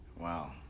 Wow